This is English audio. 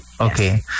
Okay